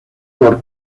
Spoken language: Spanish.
por